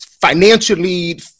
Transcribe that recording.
financially